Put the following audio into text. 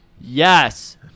Yes